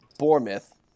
Bournemouth